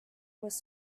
was